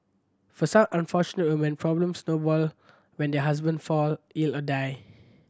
for some unfortunate women problems snowball when their husband fall ill or die